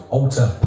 alter